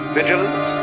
vigilance